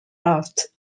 rafts